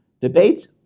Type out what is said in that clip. Debates